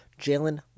Jalen